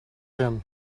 him